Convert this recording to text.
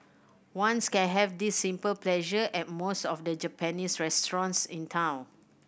ones can have this simple pleasure at most of the Japanese restaurants in town